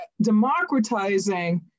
democratizing